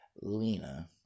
Lena